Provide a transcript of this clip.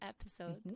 episode